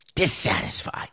dissatisfied